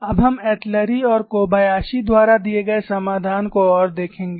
अब हम एटलुरी और कोबायाशी द्वारा दिए गए समाधान को और देखेंगे